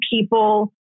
people